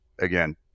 again